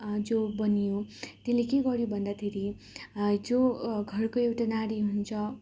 जो बनियो त्यसले के गर्यो भन्दाखेरि जो घरको एउटा नारी हुन्छ